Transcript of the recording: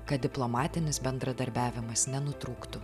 kad diplomatinis bendradarbiavimas nenutrūktų